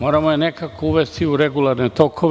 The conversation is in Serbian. Moramo je nekako uvesti u regularne tokove.